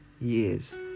years